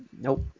Nope